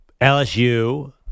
LSU